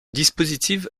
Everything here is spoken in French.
dispositif